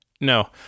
no